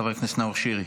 חבר הכנסת נאור שירי,